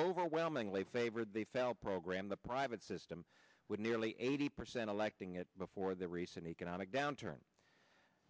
overwhelmingly favored the fell program the private system with nearly eighty percent electing it before the recent economic downturn